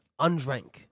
undrank